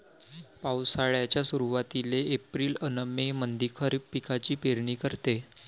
पावसाळ्याच्या सुरुवातीले एप्रिल अन मे मंधी खरीप पिकाची पेरनी करते